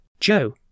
Joe